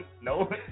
No